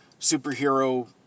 superhero